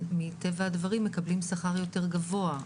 מטבע הדברים מקבלים שכר יותר גבוה,